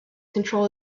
control